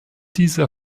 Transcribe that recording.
dieser